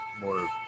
more